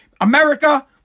America